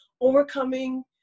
overcoming